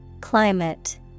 Climate